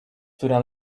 która